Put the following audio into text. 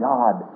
God